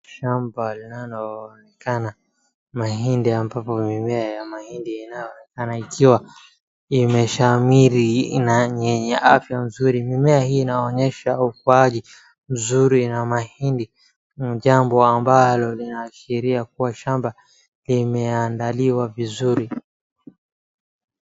Shamba linaloonekana mahindi ambapo mimea ya mahindi inaoonekana ikiwa imeshamiri na yenye afya mzuri. Mimea hii inaonyesha ukuaji mzuri na mahindi. Jambo ambalo linaashiria kuwa shamba limeandaliwa vizuri.